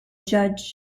judge